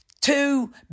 two